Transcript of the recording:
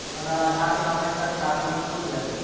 अगर आधार न होई त खातवन खुल जाई?